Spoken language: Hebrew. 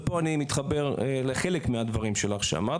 ופה אני מתחבר לחלק מהדברים שאמרת,